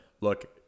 look